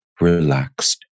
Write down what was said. relaxed